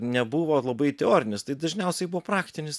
nebuvo labai teorinis tai dažniausiai buvo praktinis